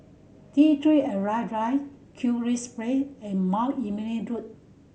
T Three Arrival Drive and Mount Emily Road